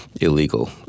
illegal